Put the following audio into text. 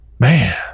man